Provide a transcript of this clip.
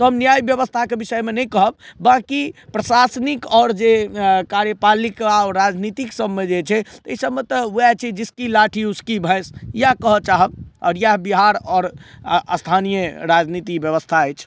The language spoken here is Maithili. तऽ न्याय व्यवस्थाके विषयमे नहि कहब बाँकी प्रशासनिक आओर जे कार्यपालिका आओर राजनीतिक सबमे जे छै तऽ अइ सबमे तऽ वएह छै जिसकी लाठी उसकी भैँस इएह कहऽ चाहब आओर इएह बिहार आओर स्थानीय राजनीतिक व्यवस्था अछि